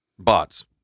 bots